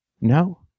No